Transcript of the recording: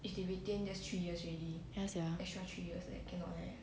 ya sia